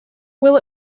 will